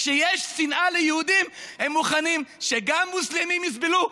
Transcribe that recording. כשיש שנאה ליהודים, הם מוכנים שגם מוסלמים יסבלו.